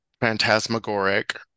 phantasmagoric